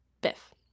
Biff